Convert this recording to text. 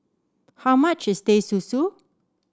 how much is Teh Susu